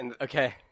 okay